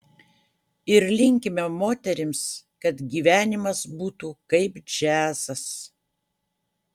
ir linkime moterims kad gyvenimas būtų kaip džiazas